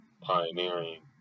pioneering